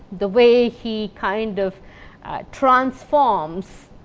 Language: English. the way he kind of transforms